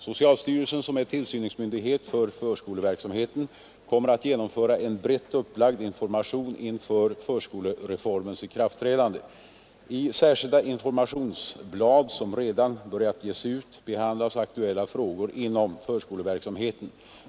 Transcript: Socialstyrelsen, som är tillsynsmyndighet för förskoleverksamheten, kommer att genomföra en brett upplagd information inför förskolereformens ikraftträdande. I särskilda informationsblad som redan börjat ges ut behandlas aktuella frågor inom förskoleverksamheten.